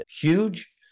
huge